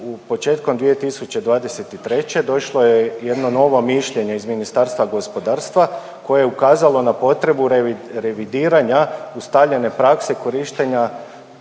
početkom 2023. došlo je jedno novo mišljenje iz Ministarstva gospodarstva koje je ukazalo na potrebu revidiranja ustaljene prakse korištenja